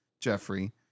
Jeffrey